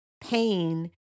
pain